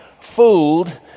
fooled